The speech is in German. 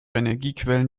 energiequellen